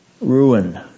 Ruin